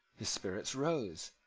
his spirit rose.